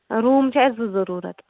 room چھِ اسہِ زٕ ضروٗرَت